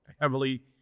heavily